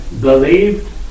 believed